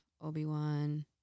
Obi-Wan